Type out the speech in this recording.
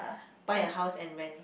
buy a house and rent